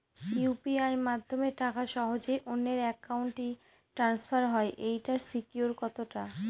UPI মাধ্যমে টাকা সহজেই অন্যের অ্যাকাউন্ট ই ট্রান্সফার হয় এইটার সিকিউর কত টা?